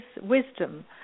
wisdom